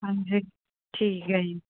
ਹਾਂਜੀ ਠੀਕ ਹੈ ਜੀ